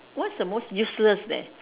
what's the most useless then